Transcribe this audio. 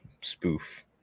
spoof